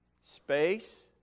space